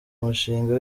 umushinga